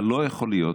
אבל לא יכול להיות